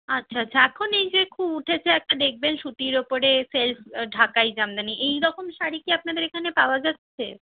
আচ্ছা আচ্ছা এখন এই যে খুব উঠেছে একটা দেখবেন সুতির ওপরে সেল্ফ ঢাকাই জামদানি এইরকম শাড়ি কি আপনাদের এখানে পাওয়া যাচ্ছে